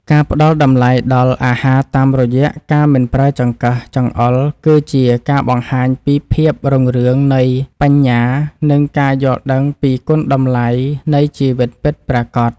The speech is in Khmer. ការផ្តល់តម្លៃដល់អាហារតាមរយៈការមិនប្រើចង្កឹះចង្អុលគឺជាការបង្ហាញពីភាពរុងរឿងនៃបញ្ញានិងការយល់ដឹងពីគុណតម្លៃនៃជីវិតពិតប្រាកដ។